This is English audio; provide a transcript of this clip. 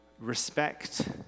respect